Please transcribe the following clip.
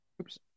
Oops